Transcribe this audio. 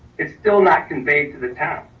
it's still not conveyed to the town.